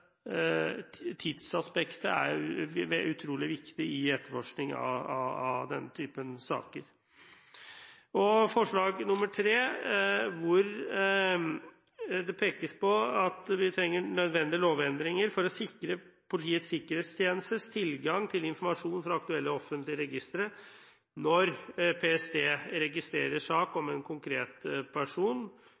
utrolig viktig i etterforskning av denne typen saker. I forslag nr. 3 pekes det på at vi trenger nødvendige lovendringer for å sikre Politiets sikkerhetstjenestes tilgang til informasjon fra aktuelle offentlige registre når PST registrerer sak om en konkret person.